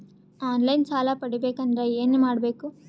On line ಸಾಲ ಪಡಿಬೇಕಂದರ ಏನಮಾಡಬೇಕು?